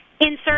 insert